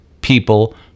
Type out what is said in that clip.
people